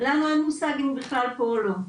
לנו אין מושג אם הוא פה או לא.